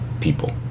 people